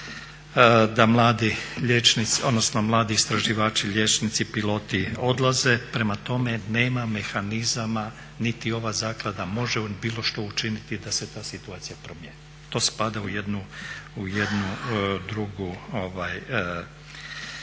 mladi istraživači liječnici, piloti odlaze. Prema tome, nema mehanizama niti ova zaklada može bilo što učiniti da se ta situacija promijeni. To spada u jednu drugu